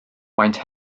maent